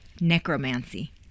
necromancy